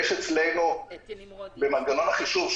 יש אצלנו במנגנון החישוב,